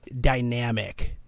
dynamic